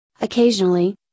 Occasionally